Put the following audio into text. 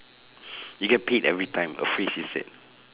you get paid every time a phrase is said